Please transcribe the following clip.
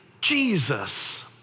Jesus